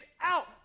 out